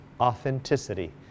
authenticity